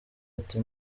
ati